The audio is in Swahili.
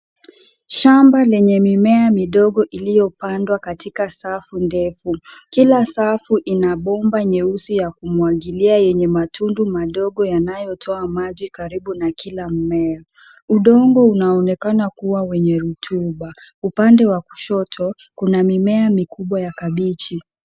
Shamba lenye mimea midogo iliyopandwa katika safu ndefu. Kila safu ina bomba nyeusi ya kumwagilia yenye matundu madogo yanayotoa maji karibu na kila mmea. Udongo unaonekana kuwa wenye rutuba. Upande wa kushoto kuna mimea mikubwa ya kabichi.